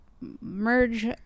merge